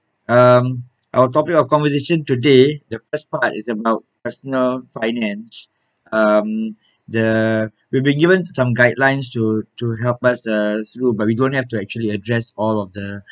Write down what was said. um our topic of conversation today the first part is about personal finance um the we've been given some guidelines to to help us uh through but we don't have to actually address all of the